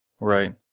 right